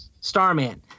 Starman